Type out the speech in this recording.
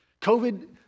COVID